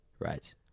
Right